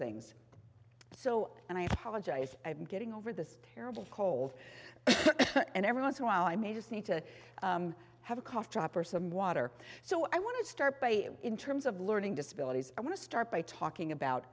things so and i apologize i've been getting over this terrible cold and every once in while i may just need to have a cough drop or some water so i want to start by in terms of learning disabilities i want to start by talking about